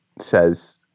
says